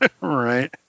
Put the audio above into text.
Right